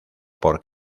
por